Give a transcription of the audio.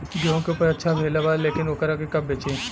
गेहूं के उपज अच्छा भेल बा लेकिन वोकरा के कब बेची?